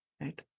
Right